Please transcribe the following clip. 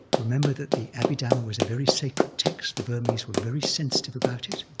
remember that the abhidhamma was a very sacred text. the burmese were very sensitive about it,